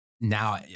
now